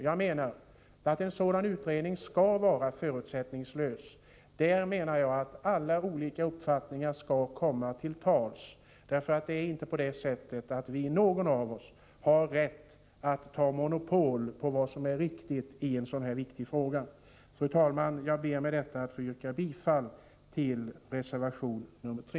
Jag menar att en sådan utredning skall vara förutsättningslös och att alla olika uppfattningar skall komma till tals i den. Ingen av oss har rätt att göra gällande någon monopoluppfattning om vad som är riktigt i en sådan här viktig fråga. Fru talman! Jag ber med detta att få yrka bifall till reservation nr 3.